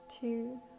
two